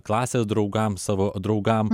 klasės draugams savo draugam